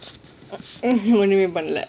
ஒண்ணுமே பன்னல்ல:onnume pannalla